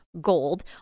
gold